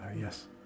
Yes